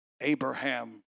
Abraham